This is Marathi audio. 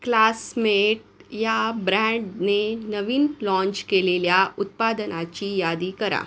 क्लासमेट या ब्रँडने नवीन लाँच केलेल्या उत्पादनाची यादी करा